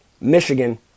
Michigan